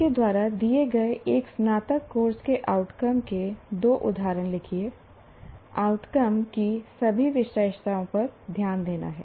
आपके द्वारा दिए गए एक स्नातक कोर्स के आउटकम के दो उदाहरण लिखिए आउटकम की सभी विशेषताओं पर ध्यान देना है